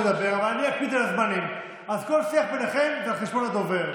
היא גיבשה מתווה להגבלת ההפגנות מול ביתו הפרטי של נפתלי בנט ברעננה.